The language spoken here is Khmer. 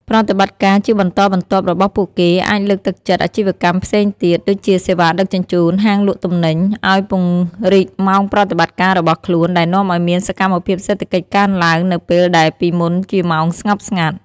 ប្រតិបត្តិការជាបន្តបន្ទាប់របស់ពួកគេអាចលើកទឹកចិត្តអាជីវកម្មផ្សេងទៀត (ដូចជាសេវាដឹកជញ្ជូន ហាងលក់ទំនិញ) ឱ្យពង្រីកម៉ោងប្រតិបត្តិការរបស់ខ្លួន ដែលនាំឱ្យមានសកម្មភាពសេដ្ឋកិច្ចកើនឡើងនៅពេលដែលពីមុនជាម៉ោងស្ងប់ស្ងាត់។